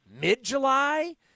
mid-July